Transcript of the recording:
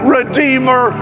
Redeemer